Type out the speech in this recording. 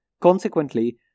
Consequently